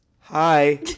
Hi